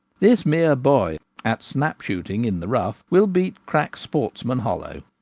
this mere boy at snap-shooting in the rough' will beat crack sportsmen hollow.